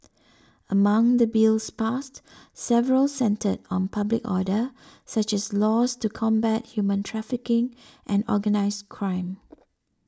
among the Bills passed several centred on public order such as laws to combat human trafficking and organised crime